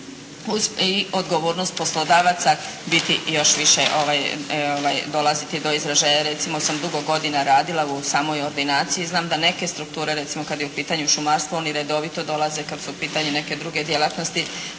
odgovornost poslodavaca dolaziti još više do izražaja jer recimo ja sam dugo godina radila u samoj ordinaciji, znam da neke strukture recimo kad je u pitanju šumarstvo, oni redovito dolaze kad su u pitanju neke druge djelatnosti